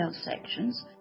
sections